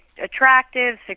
attractive